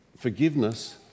Forgiveness